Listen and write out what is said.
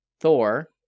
Thor